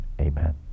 Amen